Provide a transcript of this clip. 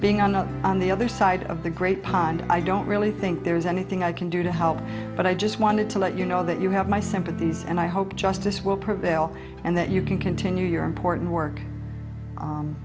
being on the on the other side of the great pond i don't really think there's anything i can do to help but i just wanted to let you know that you have my sympathies and i hope justice will prevail and that you can continue your important work